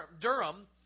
Durham